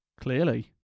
Clearly